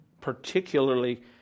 particularly